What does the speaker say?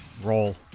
roll